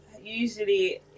usually